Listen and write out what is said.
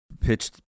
pitched